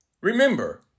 Remember